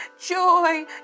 joy